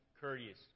courteous